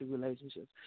relationships